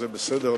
זה בסדר,